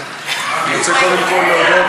אני רוצה קודם כול להודות,